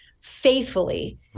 faithfully